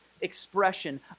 expression